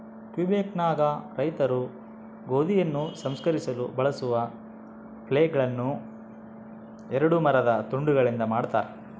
ಕ್ವಿಬೆಕ್ನಾಗ ರೈತರು ಗೋಧಿಯನ್ನು ಸಂಸ್ಕರಿಸಲು ಬಳಸುವ ಫ್ಲೇಲ್ಗಳುನ್ನ ಎರಡು ಮರದ ತುಂಡುಗಳಿಂದ ಮಾಡತಾರ